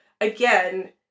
again